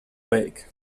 bake